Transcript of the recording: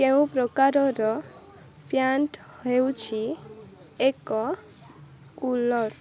କେଉଁ ପ୍ରକାରର ପ୍ୟାଣ୍ଟ ହେଉଛି ଏକ କୁଲୋଟ୍